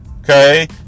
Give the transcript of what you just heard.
okay